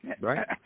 Right